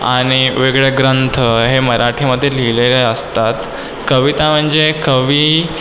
आणि वेगळे ग्रंथ हे मराठीमध्ये लिहिलेले असतात कविता म्हणजे कवी